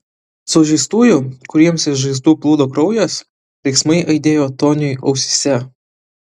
sužeistųjų kuriems iš žaizdų plūdo kraujas riksmai aidėjo toniui ausyse